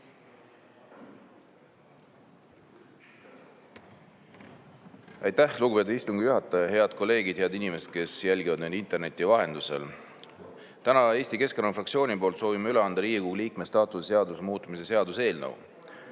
Aitäh, lugupeetud istungi juhataja! Head kolleegid! Head inimesed, kes jälgivad meid interneti vahendusel! Täna Eesti Keskerakonna fraktsiooni poolt soovime üle anda Riigikogu liikme staatuse seaduse muutmise seaduse eelnõu.